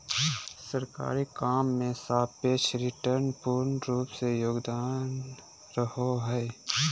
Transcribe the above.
सरकारी काम मे सापेक्ष रिटर्न के पूर्ण रूप से योगदान रहो हय